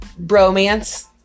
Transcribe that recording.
bromance